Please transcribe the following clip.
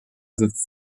sitzt